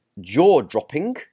jaw-dropping